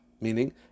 meaning